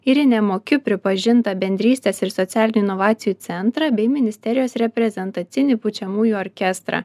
ir į nemokiu pripažintą bendrystės ir socialinių inovacijų centrą bei ministerijos reprezentacinį pučiamųjų orkestrą